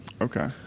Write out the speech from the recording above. Okay